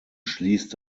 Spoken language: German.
schließt